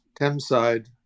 Thameside